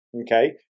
okay